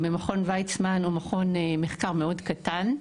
מכון ויצמן הוא מכון מחקר מאוד קטן,